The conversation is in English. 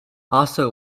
also